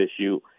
issue